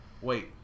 wait